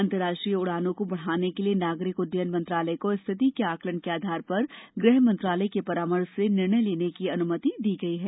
अंतर्राष्ट्रीय उडानों को बढाने के लिए नागरिक उड्डयन मंत्रालय को स्थिति के आकलन के आधार पर गृह मंत्रालय के परामर्श से निर्णय लेने की अनुमति दी गई है